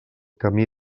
camí